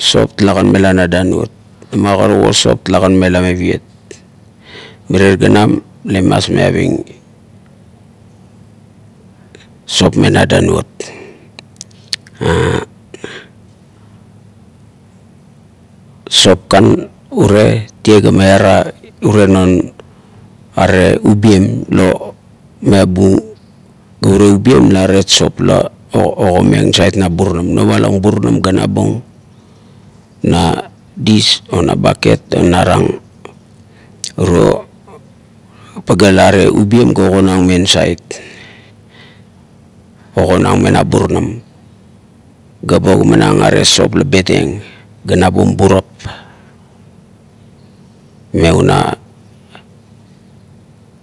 Sop talakan mela na danuot lama karuk o sop talakan mela maviet mirie ganam imas miaving sop mana danout "ur"sop kan urie tie ga miana urie non are ubien la miabu, ga urie ubien la aret sop la ogomeng nasait na burunam, novalang burunam ga nabung na dis o na baket ga narang uro paga la are ubien ga ogonang nasait, ogoneng me na burunam ga oganang are sop la betieng ga nabum burap me una